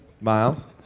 Miles